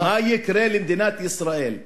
מה יקרה למדינת ישראל,